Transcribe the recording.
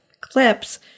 clips